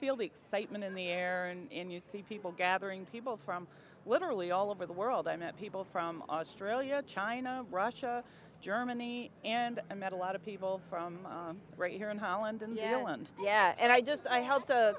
feel the excitement in the air and you see people gathering people from literally all over the world i met people from australia china russia germany and met a lot of people from right here in holland in the middle and yeah and i just i helped a